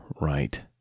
right